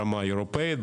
ברמה אירופאית,